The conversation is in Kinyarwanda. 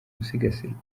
gusigasirwa